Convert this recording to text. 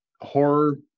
horror